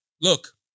look